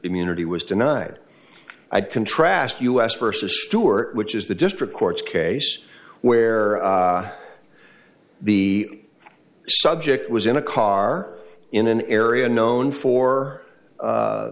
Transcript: immunity was denied i contrast us versus stewart which is the district court case where the subject was in a car in an area known for